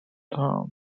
paper